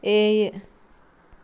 ഏഴ്